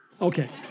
Okay